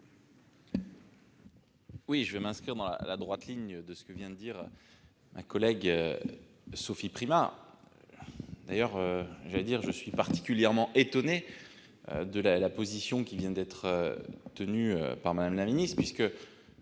vote. Je vais m'inscrire dans le droit fil de ce que vient de dire ma collègue Sophie Primas. Je suis moi aussi particulièrement étonné de la position qui vient d'être prise par Mme la Ministre, puisque,